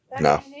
No